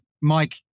Mike